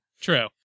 True